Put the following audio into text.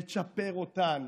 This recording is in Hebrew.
לצ'פר אותן,